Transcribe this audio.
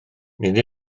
nid